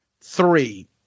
Three